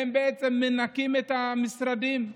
הן מנקות את המשרדים,